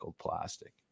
plastic